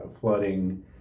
flooding